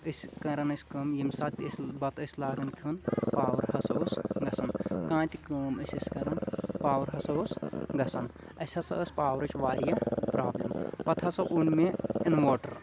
أسۍ کَران ٲسۍ کٲم ییٚمۍ ساتہٕ تہِ ٲسۍ بَتہٕ ٲسۍ لاگان کھیوٚن پاوَر ہسا اوس گژھان کانٛہہ تہِ کٲم ٲسۍ أسۍ کَران پاوَر ہسا اوس گژھان اَسہِ ہسا ٲس پاورٕچ واریاہ پرٛابلِم پَتہٕ ہسا اوٚن مےٚ اِنوٲٹَر